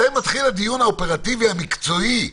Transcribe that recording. מתי מתחיל הדיון האופרטיבי המקצועי?